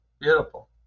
beautiful